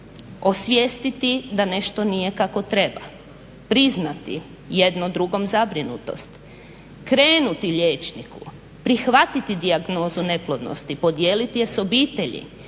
Osvijestiti da nešto nije kako treba. Priznati jedno drugom zabrinutost. Krenuti liječniku, prihvatiti dijagnozu neplodnosti, podijeliti je sa obitelji,